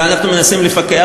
ואנחנו מנסים לפקח.